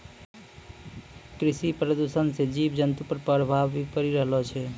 कृषि प्रदूषण से जीव जन्तु पर प्रभाव भी पड़ी रहलो छै